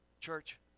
Church